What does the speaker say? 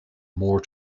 more